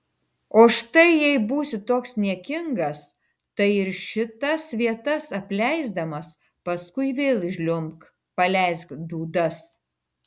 o štai jei būsi toks niekingas tai ir šitas vietas apleisdamas paskui vėl žliumbk paleisk dūdas